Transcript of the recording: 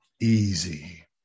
easy